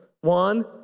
One